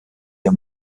der